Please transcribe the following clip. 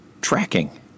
tracking